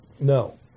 No